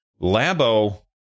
labo